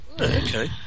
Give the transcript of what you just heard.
Okay